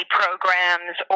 programs